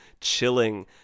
chilling